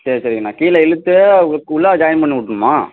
சரி சரிங்கண்ணா கீழே இழுத்து உக் உள்ளார ஜாயின் பண்ணி விட்ணுமா